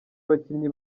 abakinnyi